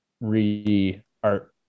re-art